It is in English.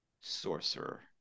Sorcerer